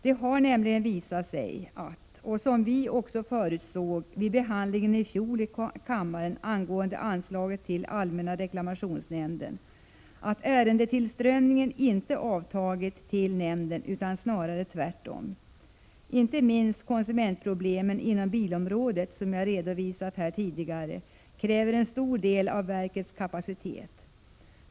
Det har nämligen visat sig, vilket vi också förutsåg vid behandlingen i kammaren i fjol av anslaget till allmänna reklamationsnämnden, att ärendetillströmningen till nämnden inte avtagit utan snarare tvärtom. Inte minst konsumentproblemen inom bilområdet, som jag redovisat här tidigare, kräver en stor del av verkets kapacitet.